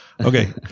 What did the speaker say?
okay